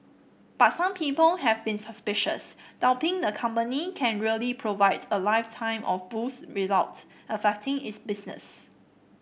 but some people have been suspicious doubting the company can really provide a lifetime of booze without affecting its business